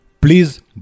please